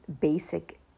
basic